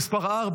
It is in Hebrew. בעד,